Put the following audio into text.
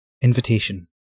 invitation